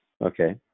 Okay